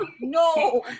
No